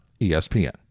ESPN